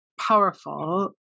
powerful